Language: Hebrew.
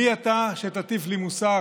מי אתה שתטיף לי מוסר,